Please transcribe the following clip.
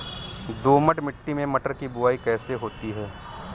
दोमट मिट्टी में मटर की बुवाई कैसे होती है?